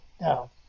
Now